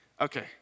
okay